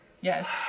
yes